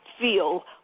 feel